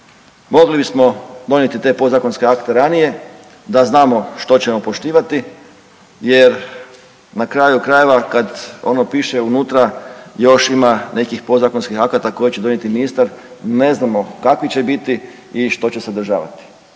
mogli bismo donijeti te podzakonske akte ranije da znamo što ćemo poštivati jer na kraju krajeva kad ono piše unutra još ima nekih podzakonskih akata koje će donijeti ministar, ne znamo kakvi će biti i što će sadržavati,